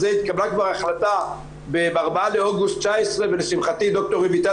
התקבלה כבר החלטה ב-4 באוגוסט 2019 ולשמחתי ד"ר רויטל